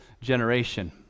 generation